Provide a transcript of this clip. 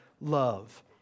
love